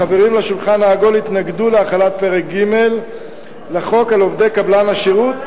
החברים לשולחן העגול התנגדו להחלת פרק ג' לחוק על עובדי קבלן שירות,